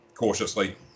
Cautiously